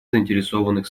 заинтересованных